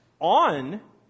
on